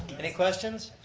any questions?